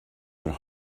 that